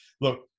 look